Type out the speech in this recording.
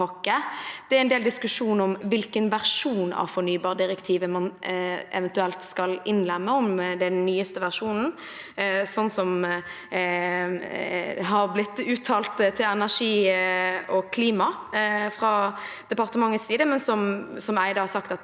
Det er en del diskusjon om hvilken versjon av fornybardirektivet man eventuelt skal innlemme, om det er den nyeste versjonen, sånn som det har blitt uttalt til Energi og Klima fra departementets side, men som Barth